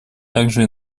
также